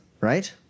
right